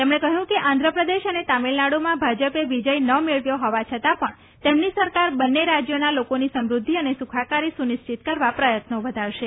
તેમણે કહ્યું કે આંધ્રપ્રદેશ અને તામિલનાડ઼માં ભાજપે વિજય ના મેળવ્યો હોવા છતાં પણ તેમની સરકાર બંને રાજ્યોના લોકોની સમૃદ્ધિ અને સુખાકારી સુનિશ્ચિત કરવા પ્રયત્નો વધારશે